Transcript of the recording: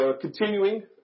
Continuing